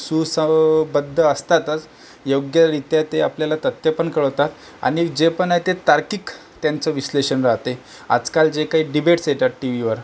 सुसंबद्ध असतातच योग्यरीत्या ते आपल्याला तथ्यं पण कळवतात आणि जे पण आहे ते तार्किक त्यांचं विश्लेषण राहते आजकाल जे काही डिबेट्स येतात टी व्हीवर